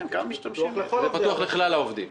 זה פתוח לכלל העובדים.